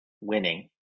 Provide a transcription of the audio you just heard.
winning